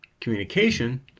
communication